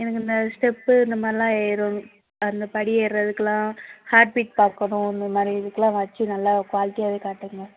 எனக்கு இந்த ஸ்டெப்பு இந்த மாதிரில்லாம் ஏறணும் அந்த படி ஏர்றதுக்கெலாம் ஹார்ட் பீட் பார்க்கணும் இந்த மாதிரி இதுக்குலாம் வாட்சு நல்லா க்வாலிட்டியாகவே காட்டுங்கள்